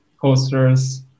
posters